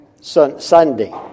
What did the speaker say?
Sunday